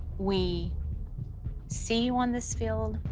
we see you on this field,